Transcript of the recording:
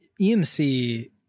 EMC